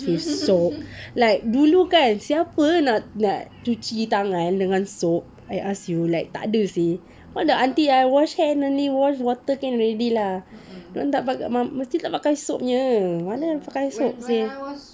with soap like dulu kan siapa nak cuci tangan dengan soap I ask you like tak ada seh all the aunty ah wash hand only wash water can already lah dorang memang mesti tak pakai soap punya mana ada pakai soap seh